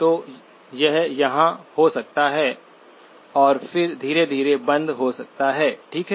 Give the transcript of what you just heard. तो यह यहाँ हो सकता है और फिर धीरे धीरे बंद हो सकता है ठीक है